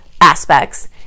aspects